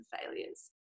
failures